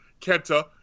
Kenta